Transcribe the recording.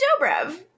Dobrev